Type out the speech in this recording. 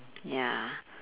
ya